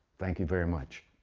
thank you very much,